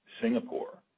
Singapore